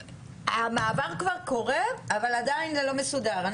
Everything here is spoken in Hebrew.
המעבר כבר קורה אבל עדיין לא מסודר.